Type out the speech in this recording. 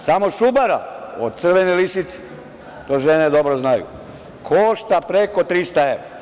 Samo šubara od crvene lisice, to žene dobro znaju, košta preko 300 evra.